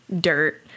dirt